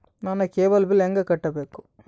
ನನ್ನ cable bill ಹೆಂಗ ಕಟ್ಟಬೇಕು?